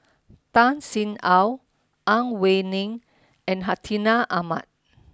Tan Sin Aun Ang Wei Neng and Hartinah Ahmad